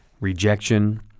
rejection